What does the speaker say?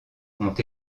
ont